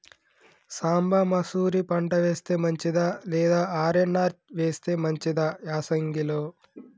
సాంబ మషూరి పంట వేస్తే మంచిదా లేదా ఆర్.ఎన్.ఆర్ వేస్తే మంచిదా యాసంగి లో?